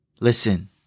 Listen